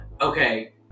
Okay